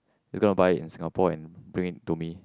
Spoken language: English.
is gonna buy in Singapore and bring it to me